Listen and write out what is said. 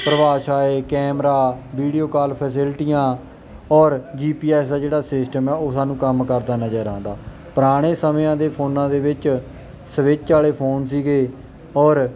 ਪਰਿਭਾਸ਼ਾ ਇਹ camera video call ਫੈਸਿਲਿਟੀਆਂ ਔਰ ਜੀਪੀਐਸ ਦਾ ਜਿਹੜਾ ਸਿਸਟਮ ਆ ਉਹ ਸਾਨੂੰ ਕੰਮ ਕਰਦਾ ਨਜ਼ਰ ਆਉਂਦਾ ਪੁਰਾਣੇ ਸਮਿਆਂ ਦੇ ਫੋਨਾਂ ਦੇ ਵਿੱਚ ਸਵਿੱਚ ਆਲੇ ਫੋਨ ਸੀਗੇ ਔਰ